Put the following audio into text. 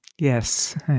Yes